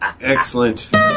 Excellent